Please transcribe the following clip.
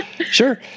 Sure